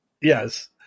yes